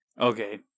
Okay